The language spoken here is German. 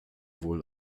wohl